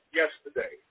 yesterday